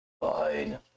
fine